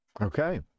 Okay